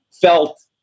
felt